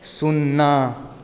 शुन्ना